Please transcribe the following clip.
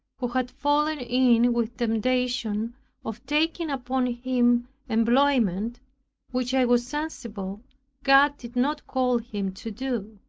who had fallen in with temptation of taking upon him employment which i was sensible god did not call him to do.